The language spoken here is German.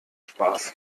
spaß